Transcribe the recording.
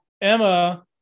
Emma